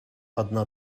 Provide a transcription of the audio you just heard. одна